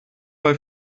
bei